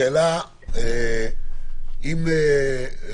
קודם כול,